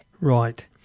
Right